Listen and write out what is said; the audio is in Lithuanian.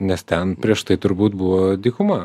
nes ten prieš tai turbūt buvo dykuma